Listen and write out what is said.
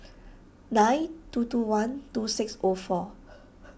nine two two one two six O four